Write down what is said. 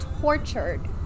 tortured